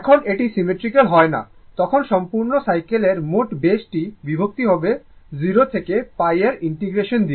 যখন এটি সিমেট্রিক্যাল হয় না তখন সম্পূর্ণ সাইকেলের মোট বসেটি বিভক্ত হবে 0 থেকে π র ইন্টিগ্রেশন দিয়ে